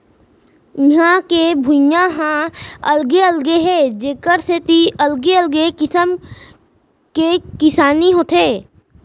इहां के भुइंया ह अलगे अलगे हे जेखर सेती अलगे अलगे किसम के किसानी होथे